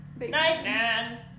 Nightman